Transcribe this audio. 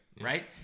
Right